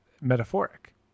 metaphoric